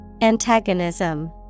Antagonism